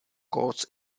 courts